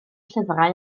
llyfrau